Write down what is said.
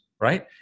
right